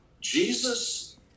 Jesus